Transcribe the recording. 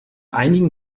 einigen